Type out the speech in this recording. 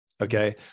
Okay